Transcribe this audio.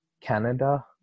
Canada